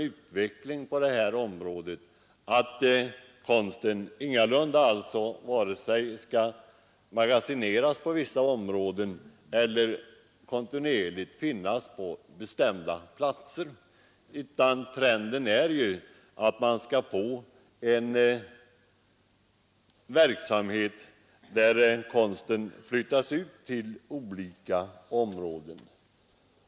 Utvecklingen på det här området går ju mot att konsten ingalunda skall vare sig magasineras eller kontinuerligt finnas på bestämda platser, utan flyttas ut till olika områden.